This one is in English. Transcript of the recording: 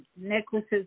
Necklaces